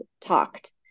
talked